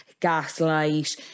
Gaslight